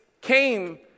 came